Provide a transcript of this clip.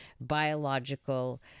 biological